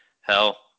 Hell